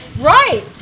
Right